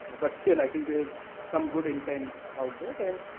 but still, i think there is some good intent out there. then,